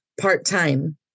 part-time